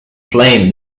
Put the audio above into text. flame